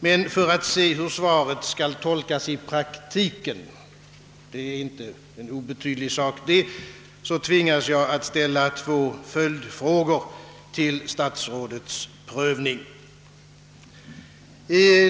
Men för att se hur svaret skall tolkas i praktiken — vilket inte är någon obetydlig sak — tvingas jag ställa två följdfrågor för statsrådets prövning.